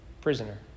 prisoner